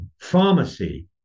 pharmacy